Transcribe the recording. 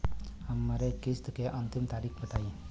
हमरे किस्त क अंतिम तारीख बताईं?